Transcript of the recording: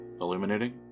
illuminating